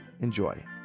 Enjoy